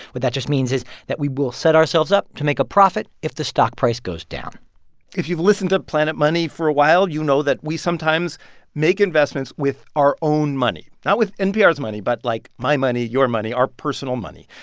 that just means is that we will set ourselves up to make a profit if the stock price goes down if you've listened to planet money for a while, you know that we sometimes make investments with our own money not with npr's money, but, like, my money, your money, our personal money.